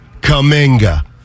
Kaminga